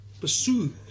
pursue